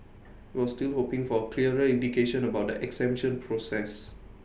IT was still hoping for A clearer indication about the exemption process